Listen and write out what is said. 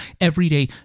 everyday